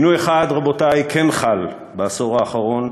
שינוי אחד, רבותי, כן חל בעשור האחרון,